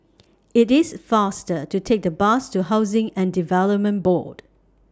IT IS faster to Take The Bus to Housing and Development Board